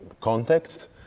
context